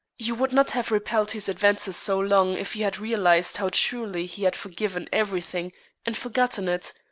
you would not have repelled his advances so long, if you had realized how truly he had forgiven every thing and forgotten it.